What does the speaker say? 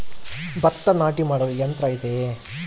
ಭತ್ತ ನಾಟಿ ಮಾಡಲು ಯಂತ್ರ ಇದೆಯೇ?